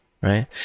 right